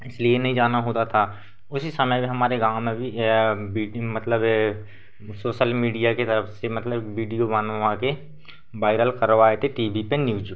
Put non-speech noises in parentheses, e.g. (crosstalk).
इसलिए नहीं जाना होता था उसी समय हमारे गाँव में भी (unintelligible) मतलब सोशल मीडिया की तरफ़ से मतलब वीडियो बनवाकर वायरल करवाए थे टी वी पर न्यूज पर